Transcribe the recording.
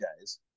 guys